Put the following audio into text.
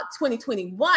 2021